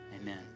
Amen